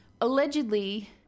Allegedly